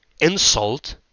insult